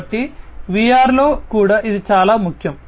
కాబట్టి వీఆర్లో కూడా ఇది చాలా ముఖ్యం